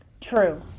True